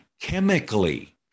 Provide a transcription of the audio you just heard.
chemically